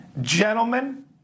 Gentlemen